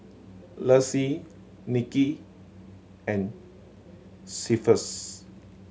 Lexie Nikki and Cephus